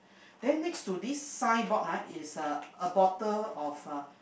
then next to this sign board ah is a a bottle of a